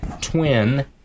twin